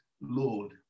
Lord